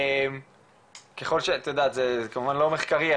זה כמובן לא מחקרי,